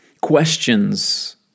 questions